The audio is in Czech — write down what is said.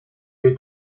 jej